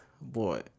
boy